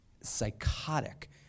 psychotic